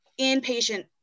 inpatient